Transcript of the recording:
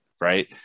right